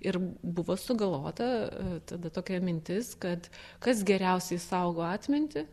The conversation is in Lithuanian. ir buvo sugalvota tada tokia mintis kad kas geriausiai saugo atmintį